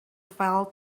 fell